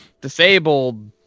disabled